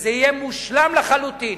שזה יהיה מושלם לחלוטין.